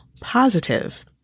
positive